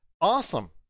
awesome